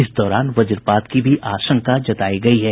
इस दौरान वज्रपात की भी आशंका जतायी गयी है